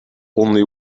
only